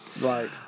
Right